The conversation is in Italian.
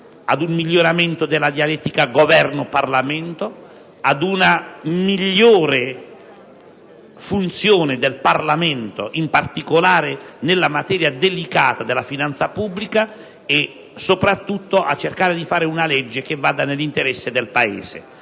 ad un miglioramento della dialettica fra Governo e Parlamento, ad una migliore funzione del Parlamento, in particolare nella materia delicata della finanza pubblica, e, soprattutto, alla ricerca di una normativa che vada nell'interesse del Paese.